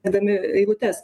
dami eilutes